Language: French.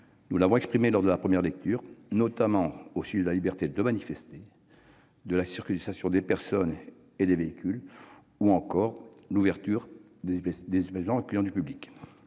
Nous l'avions exprimé lors de la première lecture, notamment au sujet de la liberté de manifester, de la circulation des personnes et des véhicules ou encore de l'ouverture des établissements accueillant du public.